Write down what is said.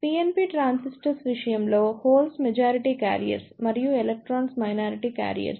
PNP transistors విషయంలో holes majority carriers మరియు electrons minority carriers